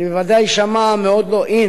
אני בוודאי אשָמע מאוד לא in